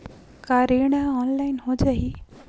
का ऋण ह ऑनलाइन हो जाही?